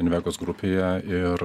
invegos grupėje ir